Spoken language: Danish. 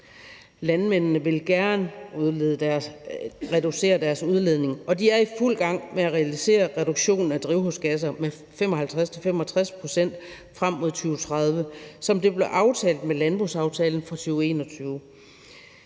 Landmændene vil gerne reducere deres udledning, og de er i fuld gang med at realisere reduktionen af drivhusgasser med 55-65 pct. frem mod 2030, som det blev aftalt med landbrugsaftalen fra 2021.